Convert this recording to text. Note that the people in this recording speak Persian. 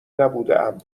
نبودهام